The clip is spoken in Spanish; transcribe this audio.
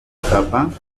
etapa